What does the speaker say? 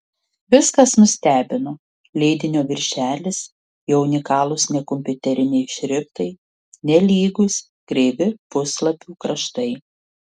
viskas nustebino leidinio viršelis jo unikalūs nekompiuteriniai šriftai nelygūs kreivi puslapių kraštai